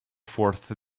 fourth